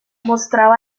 mostraba